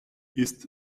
ist